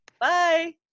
Bye